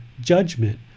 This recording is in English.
judgment